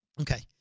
Okay